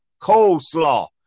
coleslaw